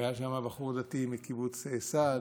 היה שם בחור דתי מקיבוץ סעד,